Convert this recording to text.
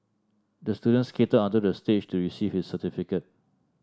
the student skated onto the stage to receive his certificate